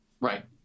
Right